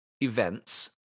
events